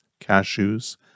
cashews